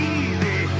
easy